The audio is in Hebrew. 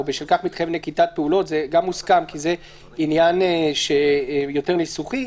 "ובשל כך מתחייבת נקיטת פעולות" זה גם מוסכם כי זה עניין יותר ניסוחי.